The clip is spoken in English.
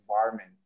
environment